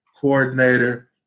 coordinator